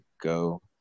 go